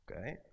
Okay